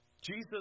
Jesus